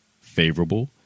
favorable